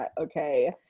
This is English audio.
okay